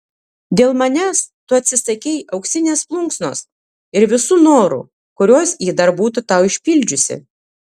dėl manęs tu atsisakei auksinės plunksnos ir visų norų kuriuos ji dar būtų tau išpildžiusi